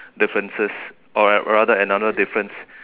differences or Ra~ rather another difference